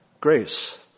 grace